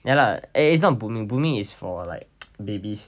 ya lah eh it's not booming booming is for like babies